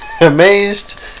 amazed